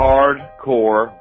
Hardcore